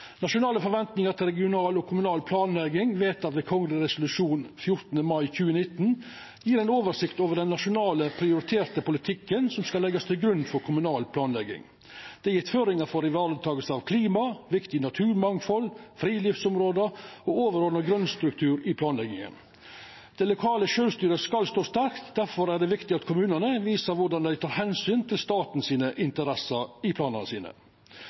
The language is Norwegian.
Nasjonale forventningar til regional og kommunal planlegging, vedteke ved kongeleg resolusjon 14. mai 2019, gjev ei oversikt over den nasjonale prioriterte politikken som skal leggjast til grunn for kommunal planlegging. Det er gjeve føringar for varetaking av klima, viktig naturmangfald, friluftsområde og overordna grønstruktur i planlegginga. Det lokale sjølvstyret skal stå sterkt. Difor er det viktig at kommunane viser korleis dei tek omsyn til staten sine interesser i planane sine.